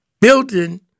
building